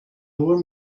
nur